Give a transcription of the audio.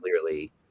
clearly